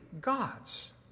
God's